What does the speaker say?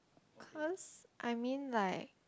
cause I mean like